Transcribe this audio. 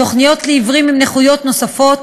תוכניות לעיוורים עם נכויות נוספות